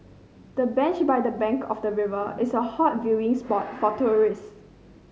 the bench by the bank of the river is a hot viewing spot for tourists